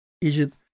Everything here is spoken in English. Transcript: Egypt